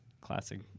classic